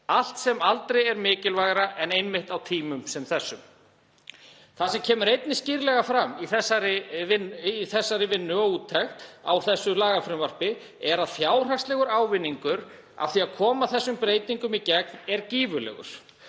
Allt sem aldrei er mikilvægara en einmitt á tímum sem þessum. Það sem kemur einnig skýrlega fram í þessari vinnu og úttekt á lagafrumvarpinu er að fjárhagslegur ávinningur af því að koma þessum breytingum í gegn er gífurlegur.